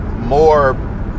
more